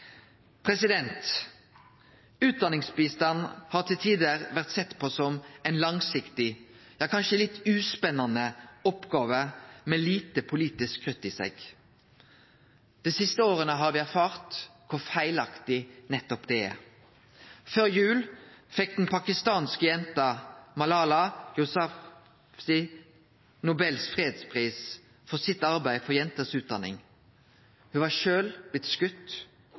har bygd på. Utdanningsbistand har til tider blitt sett på som ei langsiktig, ja kanskje litt uspennande oppgåve, med lite politisk krut i seg. Dei siste åra har me erfart kor feilaktig nettopp det er. Før jul fekk den pakistanske jenta Malala Yousafzai Nobels fredspris for sitt arbeid for jenter si utdanning. Ho var sjølv blitt